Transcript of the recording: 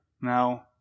Now